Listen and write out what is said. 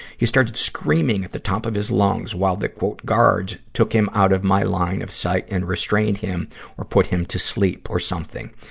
he started screaming at the top of his lungs, while the guards took him out of my line of sight and restrained him or put him to sleep or something.